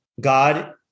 God